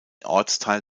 ortsteil